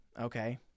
Okay